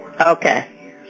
Okay